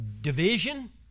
division